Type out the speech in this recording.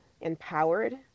empowered